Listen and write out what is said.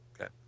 Okay